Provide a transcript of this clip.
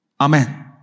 Amen